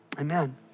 amen